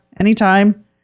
Anytime